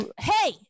hey